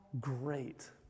great